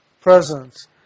presence